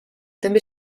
també